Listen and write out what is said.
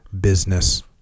business